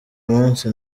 munsi